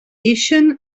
ixen